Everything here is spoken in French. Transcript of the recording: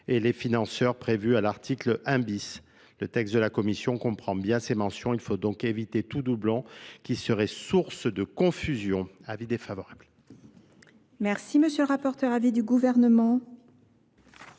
et les financeurs prévus à l'article un. Le texte de la Commission comprend bien ces mentions, il faut donc éviter tout doublant qui serait source de confusion. avis défavorable monsieur le rapporteur avis du gouvernement